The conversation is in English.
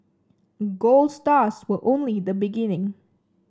gold stars were only the beginning